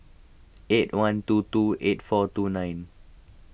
eight one two two eight four two nine